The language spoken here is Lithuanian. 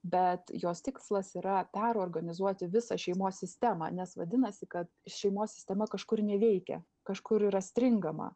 bet jos tikslas yra perorganizuoti visą šeimos sistemą nes vadinasi kad šeimos sistema kažkur neveikia kažkur yra stringama